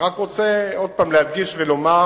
אני רק רוצה להדגיש עוד פעם ולומר: